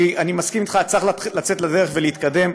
כי אני מסכים אתך: צריך לצאת לדרך ולהתקדם.